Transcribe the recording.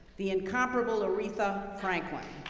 the incomparable aretha franklin.